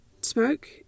smoke